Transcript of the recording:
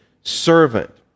servant